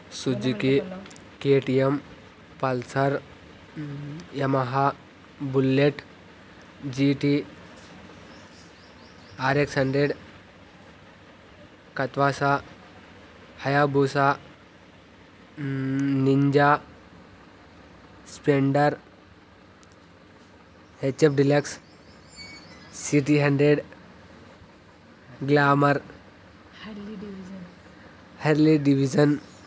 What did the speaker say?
Suzuki KTM Pulsar Yamaha Bullet GT RX hundred కత్వాసా Hayabusa Ninja Splendor HF Deluxe CT hundred Glamour Harley Davidson